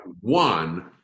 one